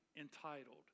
entitled